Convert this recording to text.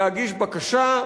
להגיש בקשה,